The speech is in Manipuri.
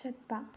ꯆꯠꯄ